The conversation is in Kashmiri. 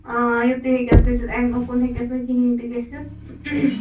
آ یِتُے ہیٚکٮ۪س گٔژھِتھ اَمہِ اوٚکُن ہیٚکٮ۪س نہٕ کِہیٖنٛۍ تہِ گٔژھِتھ